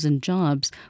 jobs